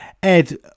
ed